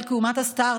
כאומת הסטרטאפ,